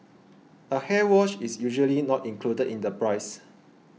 a hair wash is usually not included in the price